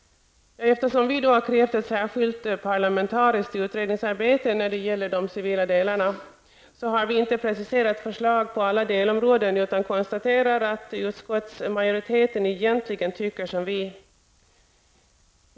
Eftersom vi har krävt ett särskilt parlamentariskt utredningsarbete beträffande de civila delarna, så har vi inte preciserat förslag på alla delområden utan konstaterar att utskottsmajoriteten egentligen tycker som vi.